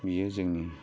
बियो जोंनि